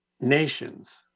nations